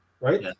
right